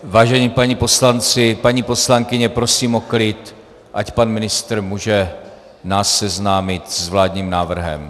Vážení páni poslanci, paní poslankyně, prosím o klid, ať pan ministr nás může seznámit s vládním návrhem.